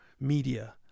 media